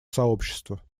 сообщества